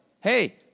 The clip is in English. hey